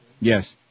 Yes